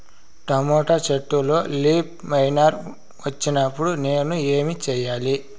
Tomato చెట్టులో leaf miner వచ్చినప్పుడు నేను ఏమి చెయ్యాలి?